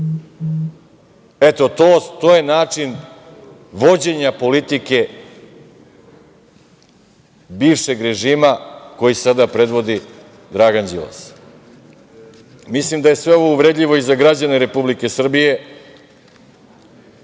Eto, to je način vođenja politike bivšeg režima, koji sada predvodi Dragan Đilas. Mislim da je sve ovo uvredljivo i za građane Republike Srbije